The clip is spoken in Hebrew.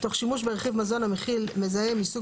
תוך שימוש ברכיב מזון המכיל מזהם מסוג